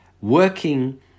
working